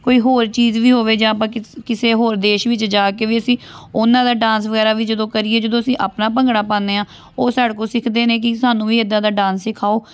ਕੋਈ ਹੋਰ ਚੀਜ਼ ਵੀ ਹੋਵੇ ਜਾਂ ਆਪਾਂ ਕਿਸੇ ਹੋਰ ਦੇਸ਼ ਵਿੱਚ ਜਾ ਕੇ ਵੀ ਅਸੀਂ ਉਹਨਾਂ ਦਾ ਡਾਂਸ ਵਗੈਰਾ ਵੀ ਜਦੋਂ ਕਰੀਏ ਜਦੋਂ ਅਸੀਂ ਆਪਣਾ ਭੰਗੜਾ ਪਾਉਂਦੇ ਹਾਂ ਉਹ ਸਾਡੇ ਕੋਲ ਸਿੱਖਦੇ ਨੇ ਕਿ ਸਾਨੂੰ ਵੀ ਇੱਦਾਂ ਦਾ ਡਾਂਸ ਸਿਖਾਉ